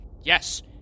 Yes